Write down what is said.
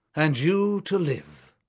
and you to live.